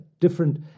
different